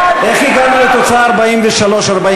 איך הגענו לתוצאה 43:47?